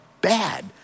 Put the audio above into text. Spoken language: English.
bad